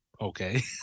okay